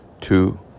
Two